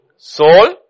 Soul